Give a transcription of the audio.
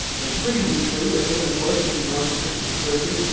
it's reasonably true that given a choice between dancing pigs and security,